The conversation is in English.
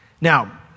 Now